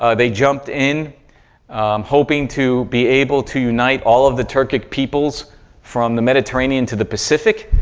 ah they jumped in hoping to be able to unite all of the turkic peoples from the mediterranean to the pacific.